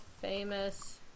famous